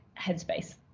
Headspace